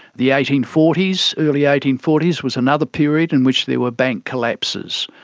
the eighteen forty s, early eighteen forty s was another period in which there were bank collapses.